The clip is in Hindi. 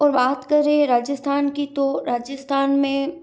और बात करें राजस्थान की तो राजस्थान में